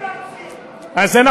אתם לא רוצים, המנהיגים לא רוצים.